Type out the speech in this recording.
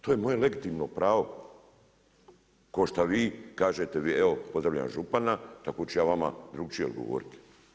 To je moje legitimno pravo, ko šta vi kažete evo pozdravljam župana, tako ću i ja vama drukčije odgovoriti.